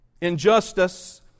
Injustice